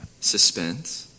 suspense